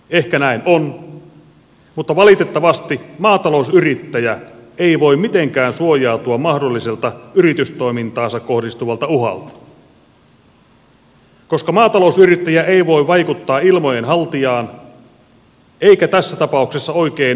ehkä näin on mutta valitettavasti maatalousyrittäjä ei voi mitenkään suojautua mahdolliselta yritystoimintaansa kohdistuvalta uhalta koska maatalousyrittäjä ei voi vaikuttaa ilmojen haltijaan eikä tässä tapauksessa oikein vakuutusyhtiöihinkään